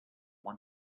one